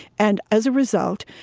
and as a result,